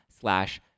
slash